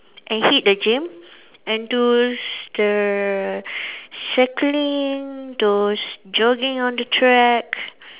and hit the gym and those the cycling those jogging on the track